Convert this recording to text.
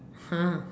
!huh!